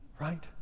Right